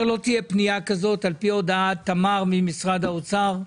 יותר לא תהיה פנייה כזאת על פי הודעת תמר ממשרד האוצר,